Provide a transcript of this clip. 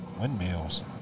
Windmills